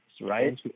right